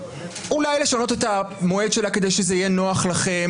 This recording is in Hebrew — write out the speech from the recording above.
אולי לשנות את המועד שלהן כדי שזה יהיה נוח לכם,